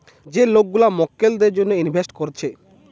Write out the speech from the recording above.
যে লোক গুলা মক্কেলদের জন্যে ইনভেস্ট কোরছে